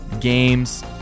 games